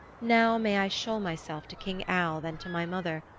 now may i show myself to king alv and to my mother,